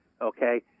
Okay